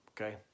okay